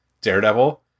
Daredevil